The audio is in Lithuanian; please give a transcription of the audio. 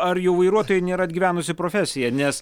ar jau vairuotojai nėra atgyvenusi profesija nes